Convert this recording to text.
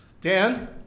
Dan